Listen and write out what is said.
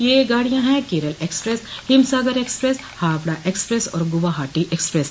ये गाडियां हैं Kerala express Himsagar express Howrah express और गुवाहाटी एक्सप्रेस